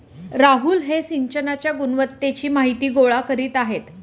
राहुल हे सिंचनाच्या गुणवत्तेची माहिती गोळा करीत आहेत